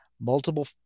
multiple